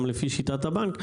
גם לפי שיטת הבנק,